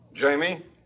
Jamie